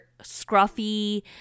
scruffy